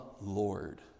Lord